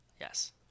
Yes